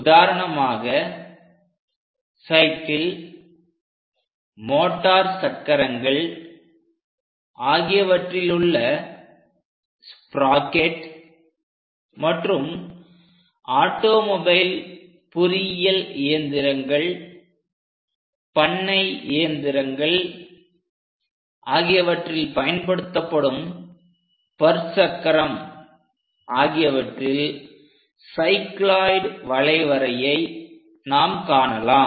உதாரணமாக சைக்கிள்மோட்டார் சக்கரங்கள் ஆகியவற்றிலுள்ள ஸ்ப்ராக்கெட் மற்றும் ஆட்டோமொபைல் பொறியியல் இயந்திரங்கள் பண்ணை இயந்திரங்கள் ஆகியவற்றில் பயன்படுத்தப்படும் பற்சக்கரம் ஆகியவற்றில் சைக்ளோயிட் வளைவரையை நாம் காணலாம்